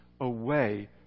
away